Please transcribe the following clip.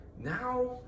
now